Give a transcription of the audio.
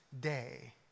day